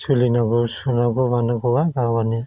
सोलिनांगौ सुनांगौ मानांगौआ गाव गावनि